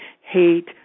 hate